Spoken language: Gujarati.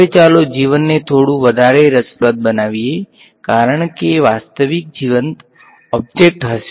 હવે ચાલો જીવનને થોડું વધારે રસપ્રદ બનાવીએ કારણ કે વાસ્તવિક જીવંતઓબ્જેક્ટ હશે